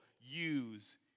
use